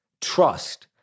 trust